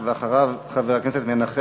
יעלה חבר הכנסת נסים זאב,